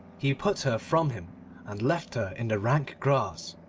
he put her from him and left her in the rank grass,